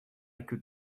could